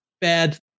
bad